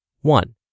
One